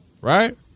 right